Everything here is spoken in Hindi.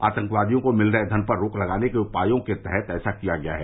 आतंकवादियों को मिल रहे धन पर रोक लगाने के उपायों के तहत ऐसा किया गया है